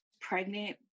pregnant